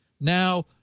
Now